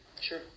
Sure